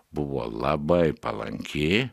buvo labai palanki